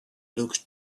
looked